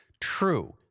True